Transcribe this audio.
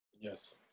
Yes